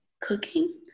cooking